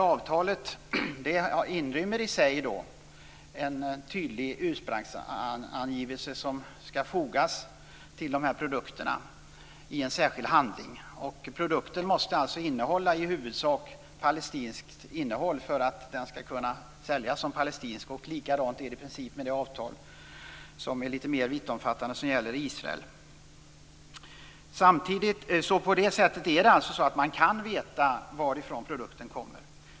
Avtalet inrymmer i sig att en tydlig ursprungsangivelse skall fogas till de här produkterna i en särskild handling. Produkten måste alltså bestå av i huvudsak palestinskt innehåll för att den skall kunna säljas som palestinsk. Likadant är det i princip med det litet mer vittomfattande avtal som gäller Israel. På det sättet kan man alltså veta varifrån produkten kommer.